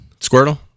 Squirtle